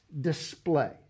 display